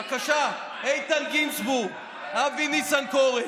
בבקשה: איתן גינזבורג, אבי ניסנקורן,